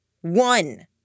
one